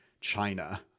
China